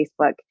Facebook